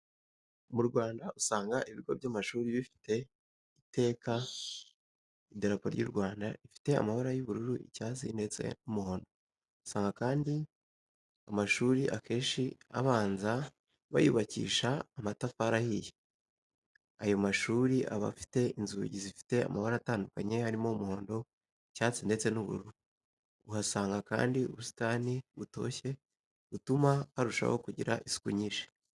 Mu Rwanda usanga ibigo by'amashuri bifite iteka idarapo ryu Rwanda, rifite amabara y'ubururu, icyatsi, ndetse n'umuhondo. Usanga kandi amashuri akenshi abanza bayubakisha amatafari ahiye, ayo mashuri aba afite inzugi zifite amabara atandukanye harimo umuhondo, icyatsi, ndetse n'ubururu. Uhasanga kandi ubusitani butoshye butuma harushaho kugira isuku nyinshi.